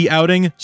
outing